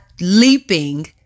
leaping